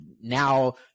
now